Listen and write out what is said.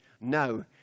No